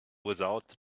without